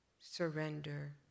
surrender